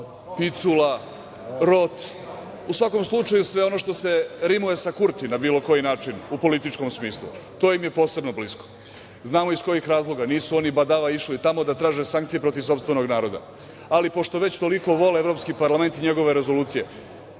Picula, Rot. U svakom slučaju, sve ono što se rimuje sa Kurti, na bilo koji način u političkom smislu. To im je posebno blisko. Znamo iz kojih razloga. Nisu oni badava išli tamo da traže sankcije protiv sopstvenog naroda. Ali, pošto već toliko vole Evropski parlament i njegove rezolucije,